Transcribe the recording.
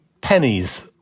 pennies